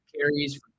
carries